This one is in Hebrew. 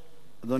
אדוני השר,